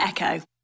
Echo